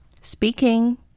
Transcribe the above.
Speaking